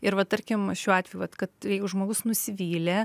ir va tarkim šiuo atveju vat kad jeigu žmogus nusivylė